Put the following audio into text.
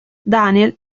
daniel